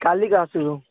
କାଲିକା ଆସିଲୁ